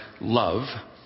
love